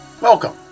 Welcome